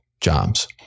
jobs